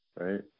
Right